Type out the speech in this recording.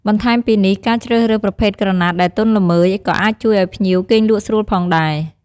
បន្ថែមពីនេះ ការជ្រើសរើសប្រភេទក្រណាត់ដែលទន់ល្មើយ ក៏អាចជួយឲ្យភ្ញៀវគេងលក់ស្រួលផងដែរ។